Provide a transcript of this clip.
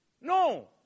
No